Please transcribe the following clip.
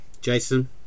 Jason